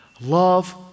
Love